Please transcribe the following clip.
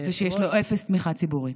ושיש לה אפס תמיכה ציבורית.